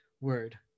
word